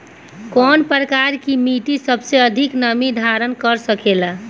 कौन प्रकार की मिट्टी सबसे अधिक नमी धारण कर सकेला?